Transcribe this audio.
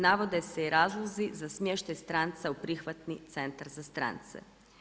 Navode se i razlozi za smještaj stranca u prihvatni centar za strance.